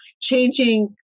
changing